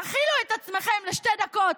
תכילו את עצמכם לשתי דקות,